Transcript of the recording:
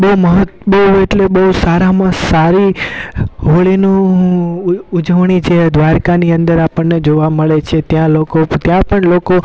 બહુ મહત બહુ એટલે બહુ સારામાં સારી હોળીનું ઉજવણી જે દ્વારકાની અંદર આપણને જોવા મળે છે ત્યાં લોકો ત્યાં પણ લોકો